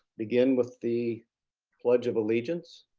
begin with the pledge of allegiance.